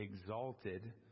exalted